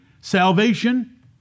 salvation